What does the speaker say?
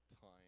time